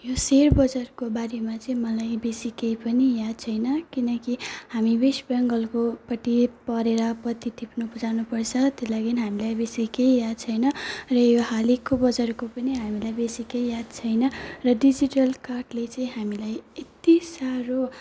यो सेयर बजारको बारेमा चाहिँ मलाई बेसी केही पनि याद छैन किनकि हामी वेस्ट बङ्गालको पट्टि परेर पत्ती टिप्नु जानुपर्छ त्यो लागि हामीलाई बेसी केही याद छैन र यो हालैको बजारको पनि हामीलाई बेसी केही याद छैन र डिजिटल कार्डले चाहिँ हामीलाई यत्ति साह्रो